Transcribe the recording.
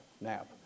nap